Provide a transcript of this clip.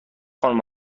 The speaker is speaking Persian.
خانوم